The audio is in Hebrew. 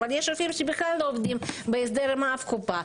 אבל יש רופאים שבכלל לא עובדים בהסדר עם אף קופה,